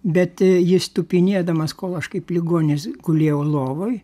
bet jis tupinėdamas kol aš kaip ligonis gulėjau lovoj